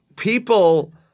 People